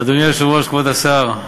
אדוני היושב-ראש, כבוד השר,